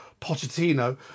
Pochettino